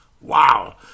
Wow